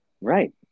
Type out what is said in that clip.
Right